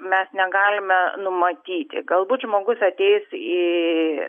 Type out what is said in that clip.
mes negalime numatyti galbūt žmogus ateis į